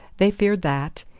they feared that,